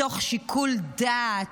מתוך שיקול דעת.